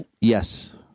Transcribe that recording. Yes